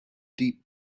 deep